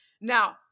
Now